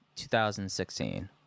2016